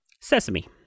Sesame